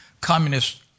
communist